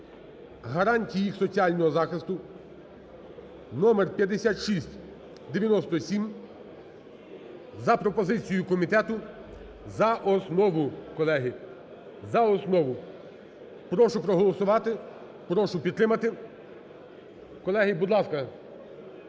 гарантії їх соціального захисту" (номер 5697) за пропозицією комітету за основу, колеги, за основу. Прошу проголосувати, прошу підтримати. Колеги, будь ласка,